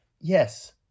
Yes